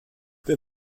wir